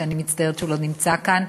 שאני מצטערת שהוא לא נמצא כאן.